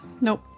Nope